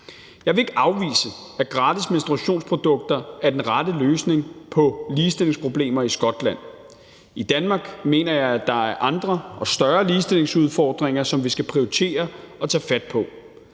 Jeg vil ikke afvise, at gratis menstruationsprodukter er den rette løsning på ligestillingsproblemer i Skotland. I Danmark mener jeg der er andre og større ligestillingsudfordringer, som vi skal prioritere og tage fat på.